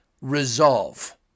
resolve